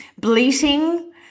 bleating